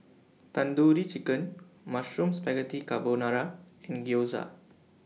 Tandoori Chicken Mushroom Spaghetti Carbonara and Gyoza